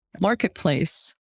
marketplace